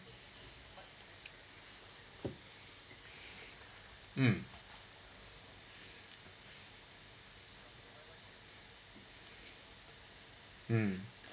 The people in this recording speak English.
mm mm